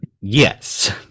yes